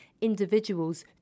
individuals